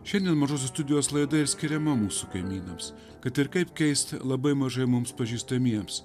šiandien mažosios studijos laida ir skiriama mūsų kaimynams kad ir kaip keista labai mažai mums pažįstamiems